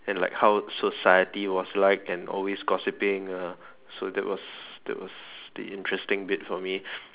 and like how society was like and always gossiping ah so that was that was the interesting bit for me